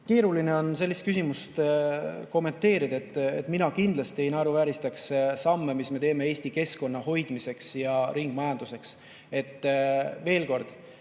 Keeruline on sellist küsimust kommenteerida. Mina kindlasti ei naeruvääristaks samme, mida me teeme Eesti keskkonna hoidmise ja ringmajanduse